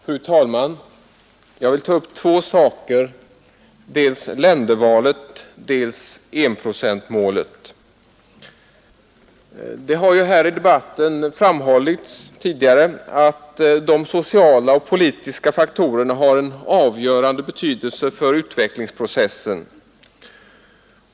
Fru talman! Jag vill ta upp två saker: dels ländervalet, dels enprocentsmålet. Det har tidigare här i debatten framhållits att de sociala och politiska faktorerna har en avgörande betydelse för utvecklingsprocessen.